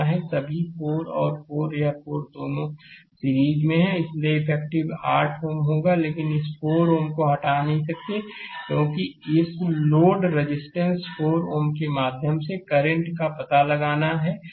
सभी 4 और यह 4 और यह 4 दोनों सीरीज में हैं इसलिए इफेक्टिव 8 Ω होगा लेकिन इस 4 Ω को हटा नहीं सकता क्योंकि इस लोड रेजिस्टेंस 4 Ω के माध्यम से करंट का पता लगाना है